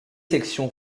sections